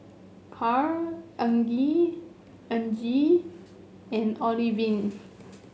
Carl Argie Argie and Olivine